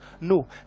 no